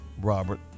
Robert